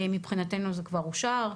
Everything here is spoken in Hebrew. מבחינתנו זה כבר אושר,